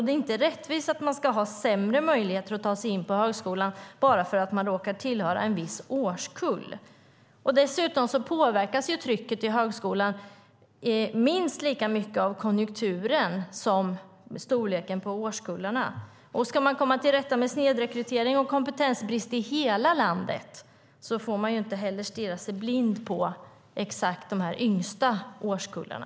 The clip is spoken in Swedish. Det är inte rättvist att man ska ha sämre möjligheter att ta sig in på högskolan bara för att man råkar tillhöra en viss årskull. Dessutom påverkas trycket på högskolan minst lika mycket av konjunkturen som av storleken på årskullarna. Ska man komma till rätta med snedrekrytering och kompetensbrist i hela landet får man inte stirra sig blind på de yngsta årskullarna.